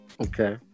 Okay